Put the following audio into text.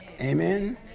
Amen